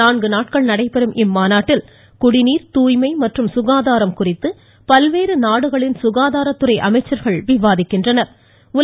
நான்கு நாட்கள் நடைபெறும் இம்மாநாட்டில் குடிநீர் தூய்மை மற்றும் சுகாதாரம் குறித்து பல்வேறு நாடுகளின் சுகாதாரத்துறை அமைச்சர்கள் விவாதிக்கின்றன்